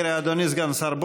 אדוני סגן השר,